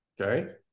Okay